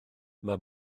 mae